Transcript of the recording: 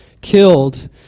killed